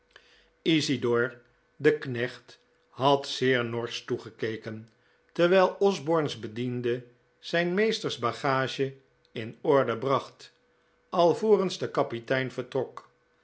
isidor dc knecht had zeer norsch tocgekeken terwijl osborne's bediende zijn mccstcrs bagagc in ordc bracht alvorens de kapitcin vcrtrok